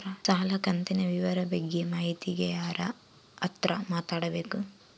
ಸಾಲ ಕಂತಿನ ವಿವರ ಬಗ್ಗೆ ಮಾಹಿತಿಗೆ ಯಾರ ಹತ್ರ ಮಾತಾಡಬೇಕು?